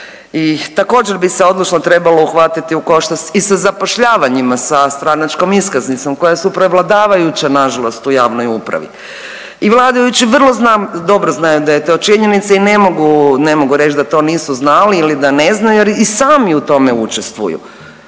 I također bi se odlučno trebalo uhvatiti u koštac i sa zapošljavanjima sa stranačkom iskaznicom koja su prevladavajuća na žalost u javnoj upravi. I vladajući vrlo dobro znaju da je to činjenica i ne mogu reći da to nisu znali ili da ne znaju, jer i sami u tome učestvuju.